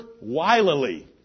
wilily